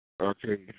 Okay